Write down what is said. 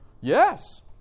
Yes